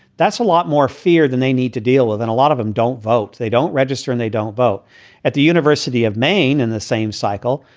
that's a lot more fear than they need to deal with. and a lot of them don't vote. they don't register and they don't vote at the university of maine in the same cycle.